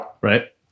Right